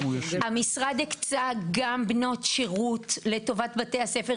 המשרד הקצה גם בנות שירות לטובת בתי הספר,